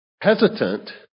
hesitant